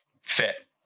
fit